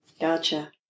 Gotcha